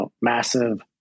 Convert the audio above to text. massive